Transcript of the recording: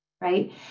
Right